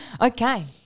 Okay